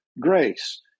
grace